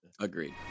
Agreed